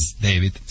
David